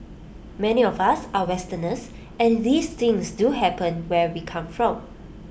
many of us are Westerners and these things do happen where we come from